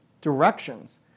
directions